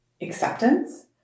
acceptance